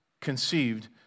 conceived